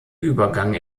übergang